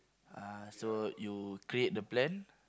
uh so you create the plan